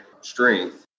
strength